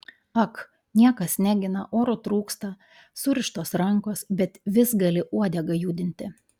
ak niekas negina oro trūksta surištos rankos bet vis gali uodegą judinti